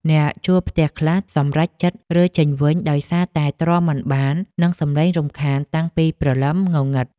អ្នកជួលផ្ទះខ្លះសម្រេចចិត្តរើចេញវិញដោយសារតែទ្រាំមិនបាននឹងសំឡេងរំខានតាំងពីព្រលឹមងងឹត។